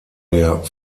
der